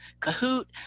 kahoot,